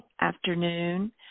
afternoon